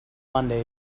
mondays